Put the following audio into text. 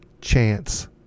chance